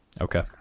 Okay